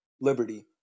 liberty